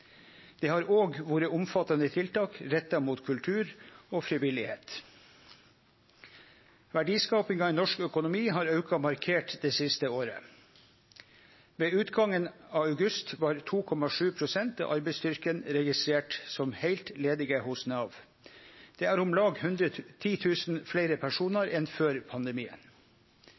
Det har òg vore omfattande tiltak retta mot kultur og frivilligheit. Verdiskapinga i norsk økonomi har auka markert det siste året. Ved utgangen av august var 2,7 pst. av arbeidsstyrken registrert som heilt ledige hos Nav. Det er om lag 10 000 fleire personar enn før pandemien.